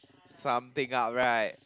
something up right